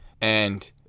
and-